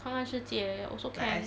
看看世界也 also can